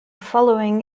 following